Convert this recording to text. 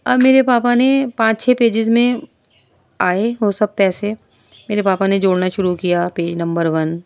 اور میرے پاپا نے پانچ چھ پیجیز میں آئے وہ سب پیسے میرے پاپا نے جوڑنا شروع کیا پیج نمبر ون